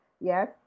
yes